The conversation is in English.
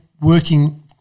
working